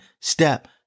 step